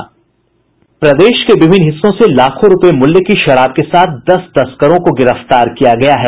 प्रदेश के विभिन्न हिस्सों से लाखों रूपये मूल्य की शराब के साथ दस तस्करों को गिरफ्तार किया गया है